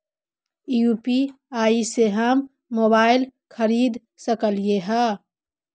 UPI से हम mobile खरिद सकलिऐ है